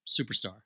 Superstar